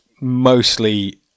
mostly